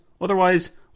Otherwise